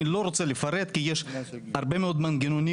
אני לא רוצה לפרט, כי יש הרבה מאוד מנגנונים.